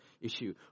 issue